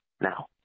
Now